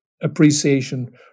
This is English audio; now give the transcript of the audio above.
appreciation